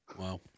Wow